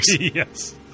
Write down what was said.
Yes